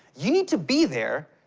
you need to be there,